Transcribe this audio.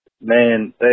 Man